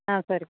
ஆ சரிப்பா